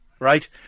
right